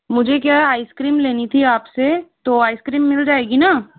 मुझे क्या है आइसक्रीम लेनी थी आपसे तो आइसक्रीम मिल जाएगी न